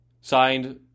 signed